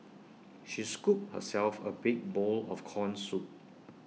she scooped herself A big bowl of Corn Soup